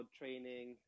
training